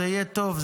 זה יהיה טוב,